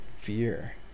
fear